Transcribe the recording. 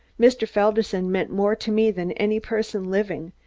mr. felderson meant more to me than any person living,